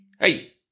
Hey